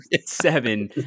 seven